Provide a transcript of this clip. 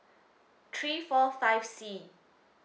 three four five C